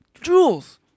jewels